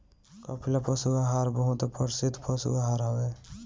कपिला पशु आहार बहुते प्रसिद्ध पशु आहार हवे